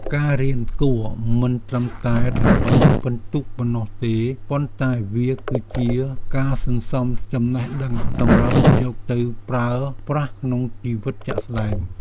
ការរៀនគួរមិនត្រឹមតែដើម្បីពិន្ទុប៉ុណ្ណោះទេប៉ុន្តែវាគឺជាការសន្សំចំណេះដឹងសម្រាប់យកទៅប្រើប្រាស់ក្នុងជីវិតជាក់ស្តែង។